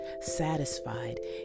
satisfied